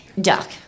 duck